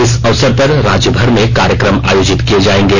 इस अवसर पर राज्य भर में कार्यक्रम आयोजित किए जाएंगे